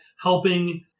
Helping